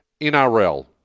NRL